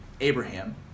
Abraham